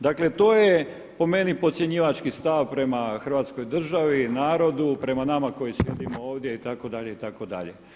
Dakle, to je po meni podcjenjivački stav prema Hrvatskoj državi, narodu, prema nama koji sjedimo ovdje itd., itd.